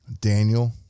Daniel